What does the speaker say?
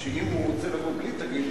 שאם הוא רוצה לבוא בלי תגים,